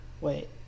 Wait